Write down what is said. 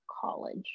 college